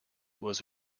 was